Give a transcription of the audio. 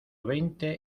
veinte